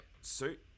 suit